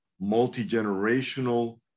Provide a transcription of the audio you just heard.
multi-generational